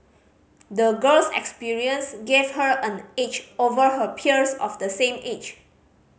the girl's experience gave her an edge over her peers of the same age